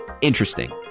Interesting